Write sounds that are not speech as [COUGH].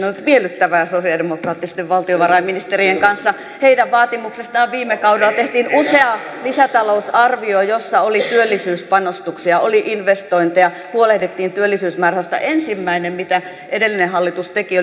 [UNINTELLIGIBLE] on ollut miellyttävää sosialidemokraattisten valtiovarainministerien kanssa heidän vaatimuksestaan viime kaudella tehtiin usea lisätalousarvio jossa oli työllisyyspanostuksia oli investointeja huolehdittiin työllisyysmäärärahoista ensimmäinen mitä edellinen hallitus teki [UNINTELLIGIBLE]